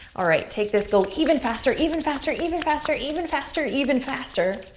alright, take this, go even faster, even faster, even faster, even faster, even faster.